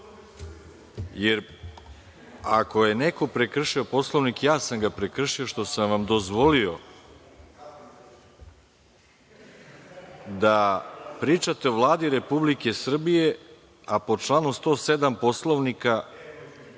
je neko prekršio Poslovnik, ja sam ga prekršio što sam vam dozvolio da pričate o Vladi Republike Srbije, a po članu 107. Poslovnika